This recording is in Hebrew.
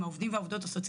אבל לא בקפיצות אלא בשיפוע.